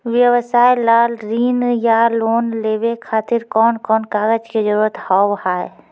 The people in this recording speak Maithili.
व्यवसाय ला ऋण या लोन लेवे खातिर कौन कौन कागज के जरूरत हाव हाय?